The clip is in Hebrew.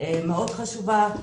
מאוד חשובה.